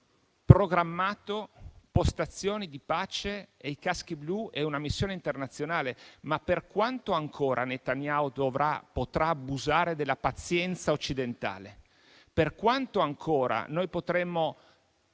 programmato postazioni di pace, i caschi blu e una missione internazionale? Per quanto ancora Netanyahu potrà abusare della pazienza occidentale? Per quanto ancora noi potremo